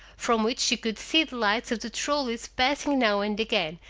from which she could see the lights of the trolleys passing now and again,